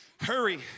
hurry